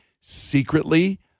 secretly